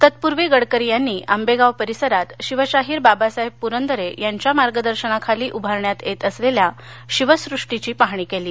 तत्पूर्वी गडकरी यांनी आंबेगाव परिसरात शिवशाहीर बाबासाहेब पुरंदरे यांच्या मार्गदर्शनाखाली उभारण्यात येत असलेल्या शिवसृष्टीची पाहणी केली